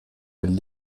elle